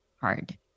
hard